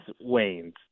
wanes